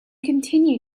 continue